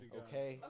okay